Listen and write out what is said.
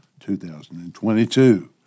2022